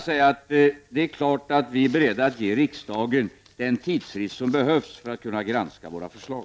Regeringen är självfallet beredd att ge riksdagen den tidsfrist som behövs för att kunna granska våra förslag.